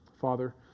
Father